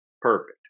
Perfect